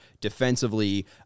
defensively